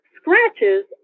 scratches